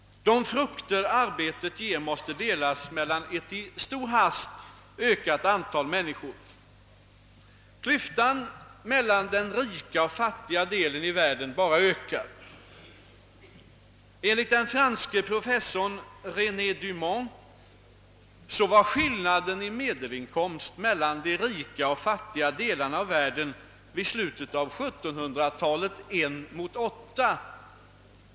De frukter som arbetet ger måste delas mellan ett hastigt ökande antal människor. Klyftan mellan den rika och den fattiga delen av världen bara ökar. Enligt den franske professorn René Dumont var skillnaden i medelinkomst mellan de rika och fattiga 'delarna av världen i slutet av 1700-talet 1: mot 8.